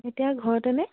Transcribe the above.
এতিয়া ঘৰতেনে